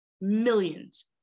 millions